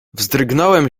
wzdrygnąłem